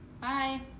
Bye